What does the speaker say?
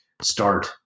start